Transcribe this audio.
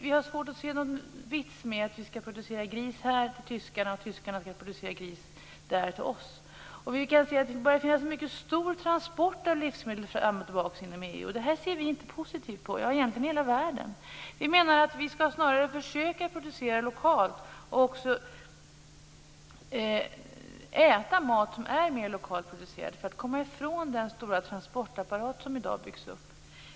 Vi har svårt att se någon vits med att vi skall producera gris här till tyskarna och tyskarna skall producera gris där till oss. Det finns en mycket stor transport av livsmedel fram och tillbaka inom EU, och egentligen i hela världen. Vi ser inte positivt på det. Vi skall snarare försöka producera lokalt och även äta mat som är mer lokalt producerad för att komma ifrån den stora transportapparat som byggs upp i dag.